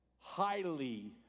highly